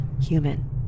human